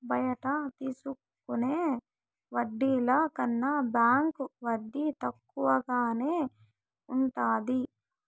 బయట తీసుకునే వడ్డీల కన్నా బ్యాంకు వడ్డీ తక్కువగానే ఉంటది